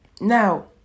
Now